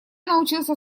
научился